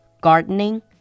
gardening